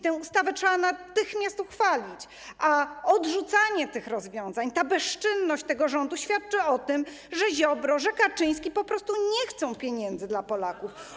Tę ustawę trzeba natychmiast uchwalić, a odrzucanie tych rozwiązań, bezczynność rządu świadczą o tym, że Ziobro, że Kaczyński po prostu nie chcą pieniędzy dla Polaków.